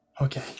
Okay